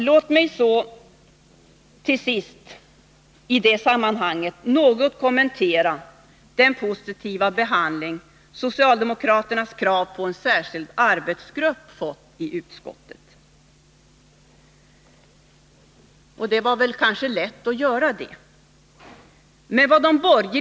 Låt mig till sist i det sammanhanget något kommentera den positiva behandling socialdemokraternas krav på en särskild arbetsgrupp har fått i utskottet. Det var väl kanske lätt för de borgerliga ledamöterna att gå med på det kravet.